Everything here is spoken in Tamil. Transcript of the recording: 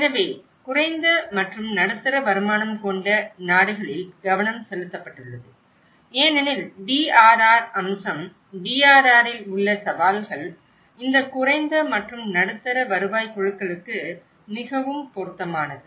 எனவே குறைந்த மற்றும் நடுத்தர வருமானம் கொண்ட நாடுகளில் கவனம் செலுத்தப்பட்டுள்ளது ஏனெனில் DRR அம்சம் DRRஇல் உள்ள சவால்கள் இந்த குறைந்த மற்றும் நடுத்தர வருவாய் குழுக்களுக்கு மிகவும் பொருத்தமானது